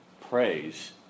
praise